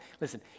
Listen